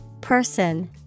Person